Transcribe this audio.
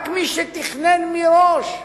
רק מי שתכנן מראש,